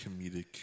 comedic